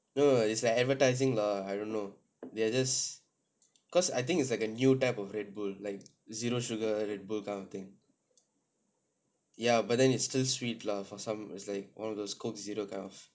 you know it's like advertising lah I don't know they are just cause I think it's like a new type of red bull like zero sugar red bull kind of thing ya but then it's still sweet lah for some is like one of those coke zero kind of